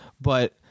But-